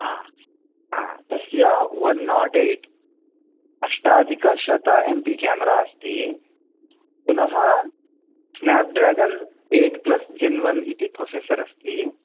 हा हा तस्य ओन् नाट् ऐट् अष्टाधिकशत एम्पि केमरा अस्ति पुनः Snapdragon eight plus gen one इति प्रसेसर् अस्ति